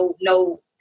no